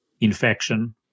infection